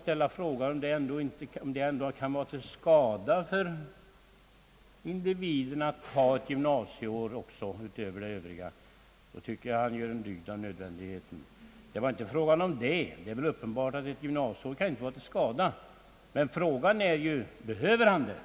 ställa frågan, om det ändå kan »vara till skada» för individen att ha ett gymnasieår utöver den övriga utbildningen, då tycker jag han har gjort en dygd av nödvändigheten. Det var inte fråga om detta. Det är uppenbart att ett gymnasieår inte kan vara till skada för individen, men frågan är: behöver han det?